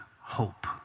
hope